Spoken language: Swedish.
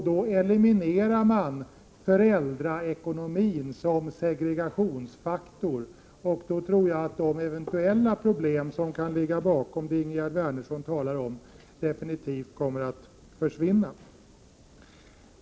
Då eliminerar man föräldraekonomin som segregationsfaktor, och då tror jag också att de eventuella problem som kan ligga bakom det som Ingegerd Wärnersson talade om definitivt kommer att försvinna.